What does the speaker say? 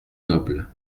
nobles